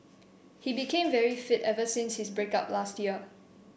he became very fit ever since his break up last year